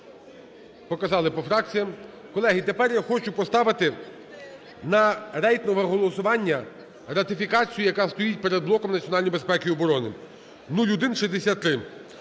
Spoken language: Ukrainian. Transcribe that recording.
Показали по фракціях. Колеги, тепер я хочу поставити на рейтингове голосування ратифікацію, яка стоїть перед блоком національної безпеки і оборони. 0163